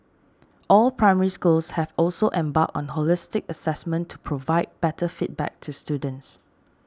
all Primary Schools have also embarked on holistic assessment to provide better feedback to students